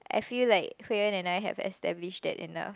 I feel like Hui-En and I have established that enough